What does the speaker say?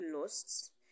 lost